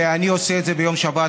ואני עושה את זה ביום שבת,